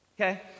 okay